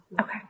Okay